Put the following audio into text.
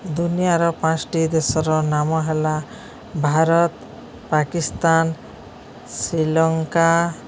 ଦୁନିଆର ପାଞ୍ଚ୍ ଟି ଦେଶର ନାମ ହେଲା ଭାରତ ପାକିସ୍ତାନ ଶ୍ରୀଲଙ୍କା